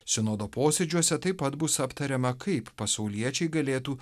sinodo posėdžiuose taip pat bus aptariama kaip pasauliečiai galėtų